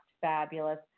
fabulous